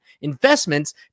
investments